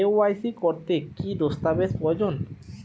KYC করতে কি দস্তাবেজ প্রয়োজন?